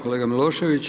kolega Milošević.